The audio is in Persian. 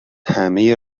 همهی